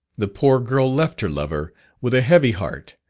the poor girl left her lover with a heavy heart,